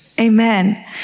Amen